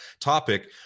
topic